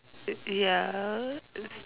ya